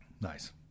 Nice